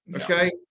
okay